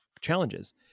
challenges